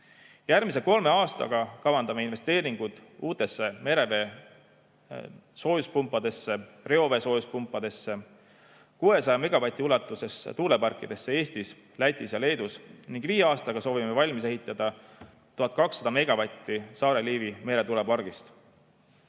Järgmisel kolmel aastal kavandame investeeringuid uutesse merevee soojuspumpadesse ja reovee soojuspumpadesse ning 600 megavati ulatuses tuuleparkidesse Eestis, Lätis ja Leedus. Viie aastaga soovime valmis ehitada 1200 megavatti Saare-Liivi meretuulepargist.